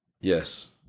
Yes